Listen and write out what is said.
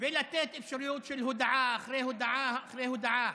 ולתת אפשרות של הודעה אחרי הודעה אחרי הודעה.